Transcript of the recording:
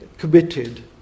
committed